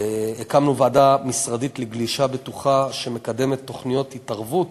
הקמנו ועדה משרדית לגלישה בטוחה שמקדמת תוכניות התערבות